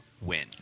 win